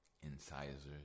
incisors